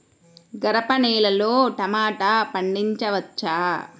గరపనేలలో టమాటా పండించవచ్చా?